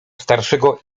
starszego